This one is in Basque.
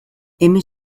hemen